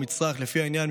לפי העניין,